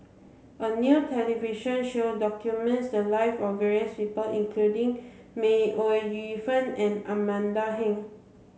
a new television show documented the life of various people including May Ooi Yu Fen and Amanda Heng